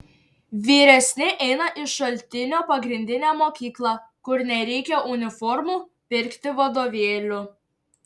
vyresni eina į šaltinio pagrindinę mokyklą kur nereikia uniformų pirkti vadovėlių